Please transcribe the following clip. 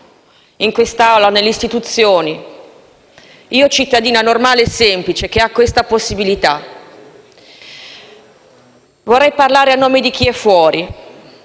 in questa Assemblea, nelle istituzioni. Io sono una cittadina normale e semplice che ha questa possibilità. Vorrei parlare a nome di chi è fuori,